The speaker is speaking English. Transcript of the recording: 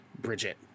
Bridget